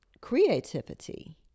creativity